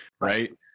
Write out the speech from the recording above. right